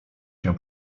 się